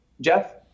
Jeff